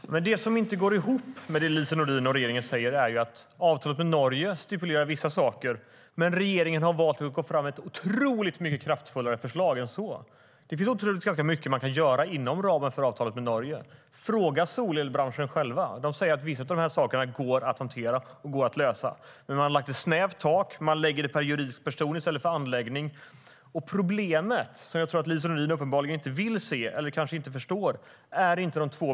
Herr ålderspresident! Det är något som inte går ihop. Lise Nordin och regeringen säger att avtalet med Norge stipulerar vissa saker, men regeringen har valt att gå fram med ett otroligt mycket kraftfullare förslag än så. Det finns naturligtvis ganska mycket man kan göra inom ramen för avtalet med Norge. Fråga dem i solelbranschen själva! De säger att vissa av de här sakerna går att hantera och lösa. Men man har lagt ett snävt tak, och man lägger det per juridisk person i stället för per anläggning. Det stora problemet är inte de 2 miljoner som går in nu, även om det såklart också är ett problem.